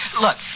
Look